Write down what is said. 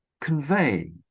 convey